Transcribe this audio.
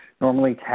Normally